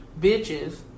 bitches